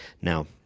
now